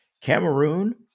Cameroon